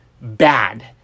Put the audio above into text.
bad